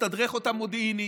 ולתדרך אותם מודיעינית.